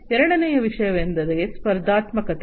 ಎರಡನೆಯ ವಿಷಯವೆಂದರೆ ಸ್ಪರ್ಧಾತ್ಮಕತೆ